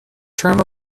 term